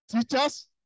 teachers